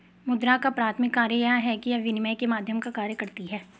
मुद्रा का प्राथमिक कार्य यह है कि यह विनिमय के माध्यम का कार्य करती है